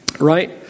Right